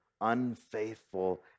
unfaithful